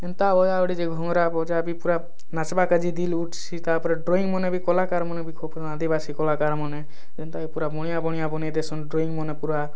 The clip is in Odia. ହେନ୍ତା ଘୁମୁରା ବଜା ବି ପୁରା ନାଚବା କାଜି ଦିଲ୍ ଉଠ୍ସି ତା'ପରେ ଡ୍ରଇଁଙ୍ଗ ମାନେ ବି କଲାକାର୍ମାନେ ବି ବାସି କଲାକାର୍ମାନେ ଯେନ୍ତାକି ପୁରା ବଣିହା ବଣିହା ବନେଇ ଦେସନ୍ ଡ୍ରଇଁଙ୍ଗ ମାନ ପୁରା